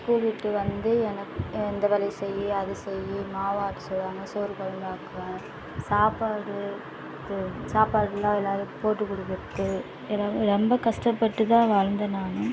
school விட்டு வந்து என்ன இந்த வேலையை செய் அதை செய் மாவாட்ட சொல்லுவாங்க சோறு குழம்பு ஆக்குவேன் சாப்பாடு அது சாப்பாடு எல்லாம் எல்லாருக்கும் போட்டு கொடுக்குறது ஏதாவது ரொம்ப கஷ்டப்பட்டு தான் வந்தேன் நான்